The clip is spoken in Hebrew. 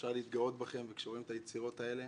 שאפשר להתגאות בכם, וכשרואים את היצירות האלה,